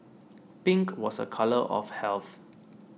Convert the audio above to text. pink was a colour of health